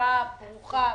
הצעה ברוכה וחשובה,